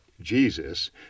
Jesus